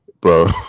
bro